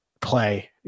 play